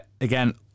again